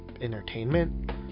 entertainment